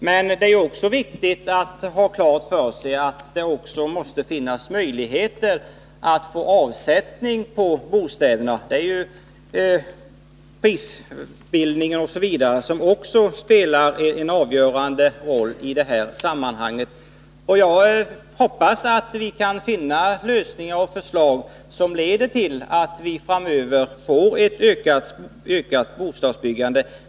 Men det är också viktigt att det finns avsättning för bostäderna. Där spelar ju t.ex. prisbildningen också en avgörande roll. Jag hoppas vi kan finna lösningar och förslag som leder till att vi framöver får ett ökat bostadsbyggande.